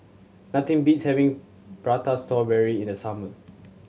nothing beats having Prata Strawberry in the summer